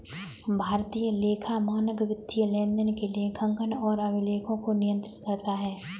भारतीय लेखा मानक वित्तीय लेनदेन के लेखांकन और अभिलेखों को नियंत्रित करता है